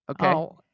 Okay